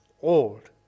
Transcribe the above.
old